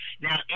Now